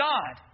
God